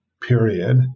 period